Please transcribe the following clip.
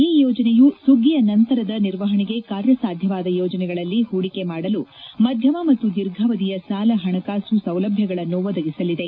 ಈ ಯೋಜನೆಯು ಸುಗ್ಗಿಯ ನಂತರದ ನಿರ್ವಹಣೆಗೆ ಕಾರ್ಯಸಾಧ್ಯವಾದ ಯೋಜನೆಗಳಲ್ಲಿ ಹೂಡಿಕೆ ಮಾಡಲು ಮಧ್ಯಮ ಮತ್ತು ದೀರ್ಘಾವಧಿಯ ಸಾಲ ಹಣಕಾಸು ಸೌಲಭ್ಯಗಳನ್ನು ಒದಗಿಸಲಿದೆ